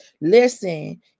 Listen